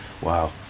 Wow